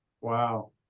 Wow